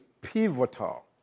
pivotal